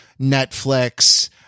netflix